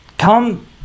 come